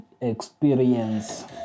experience